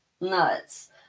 nuts